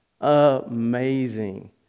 Amazing